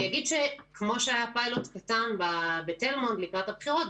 אני אגיד שכמו שהיה פיילוט קטן בתל מונד לקראת הבחירות,